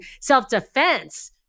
self-defense